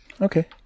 okay